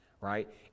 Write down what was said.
Right